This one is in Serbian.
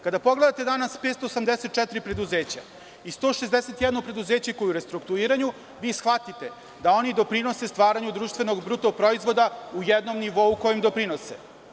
Kada pogledate danas 584 preduzeća i 161 preduzeće koje je u restrukturiranju, vi shvatite da oni doprinose stvaranju društvenog bruto proizvoda u jednom nivou kojim doprinose.